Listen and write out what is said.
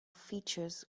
features